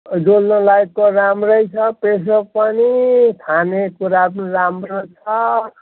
डुल्नु लायकको राम्रै छ पेसोक पनि खानेकुरा पनि राम्रो छ